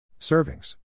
Servings